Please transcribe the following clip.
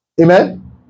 Amen